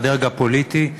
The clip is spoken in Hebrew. לדרג הפוליטי,